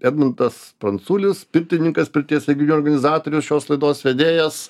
edmundas pranculis pirtininkas pirties renginių organizatorius šios laidos vedėjas